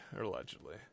allegedly